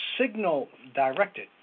signal-directed